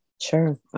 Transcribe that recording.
Sure